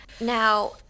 Now